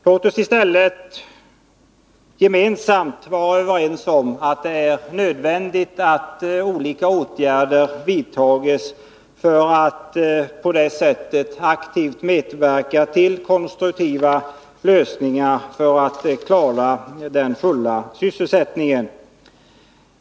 Låt oss i stället gemensamt vara överens om att det är nödvändigt att vi vidtar olika åtgärder för att på det sättet aktivt medverka till konstruktiva lösningar för att klara den fulla sysselsättningen.